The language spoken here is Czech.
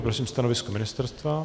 Prosím stanovisko ministerstva.